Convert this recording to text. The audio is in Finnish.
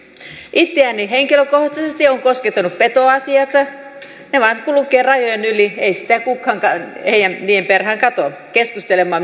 itseäni henkilökohtaisesti ovat koskettaneet petoasiat ne vain kulkevat rajojen yli ei kukaan niiden perään katso keskustelemme